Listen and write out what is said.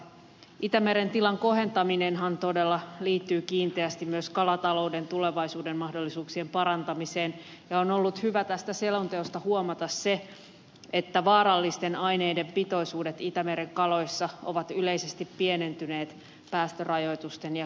itämeren tilan kohentaminenhan todella liittyy kiinteästi myös kalatalouden tulevaisuuden mahdollisuuksien parantamiseen ja on ollut hyvä tästä selonteosta huomata se että vaarallisten aineiden pitoisuudet itämeren kaloissa ovat yleisesti pienentyneet päästörajoitusten ja käyttökieltojen seurauksena